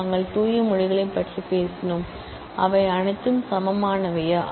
நாங்கள் pure language பற்றி பேசினோம் அவை அனைத்தும் சமமானவையா